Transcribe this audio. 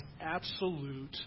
absolute